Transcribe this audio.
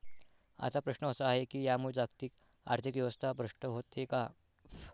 आता प्रश्न असा आहे की यामुळे जागतिक आर्थिक व्यवस्था भ्रष्ट होते का?